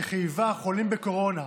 שחייבה חולים בקורונה,